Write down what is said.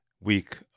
week